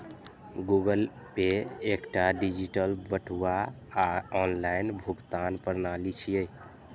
Google Pay एकटा digital बटुआ आ ऑनलाइन भुगतान प्रणाली छियै